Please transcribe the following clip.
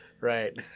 Right